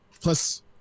Plus